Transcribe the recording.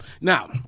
Now